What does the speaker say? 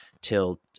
till